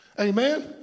Amen